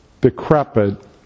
decrepit